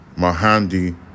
Mahandi